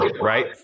right